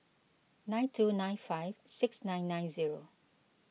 nine two nine five six nine nine zero